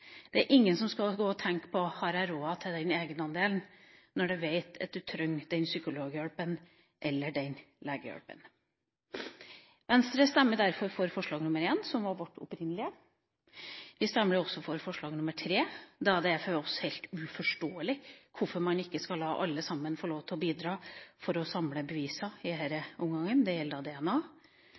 Det er ingen som skal måtte gå og tenke om en har råd til å betale egenandelen når en trenger psykologhjelp eller legehjelp. Venstre stemmer derfor for forslag nr. 1, som var vårt opprinnelige. Vi stemmer også for forslag nr. 3. Det er for oss helt uforståelig at man ikke skal la alle få lov til å bidra for å samle bevis i denne omgangen – det gjelder DNA. Så skjønner jeg litt av